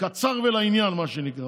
קצר ולעניין, מה שנקרא.